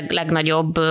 legnagyobb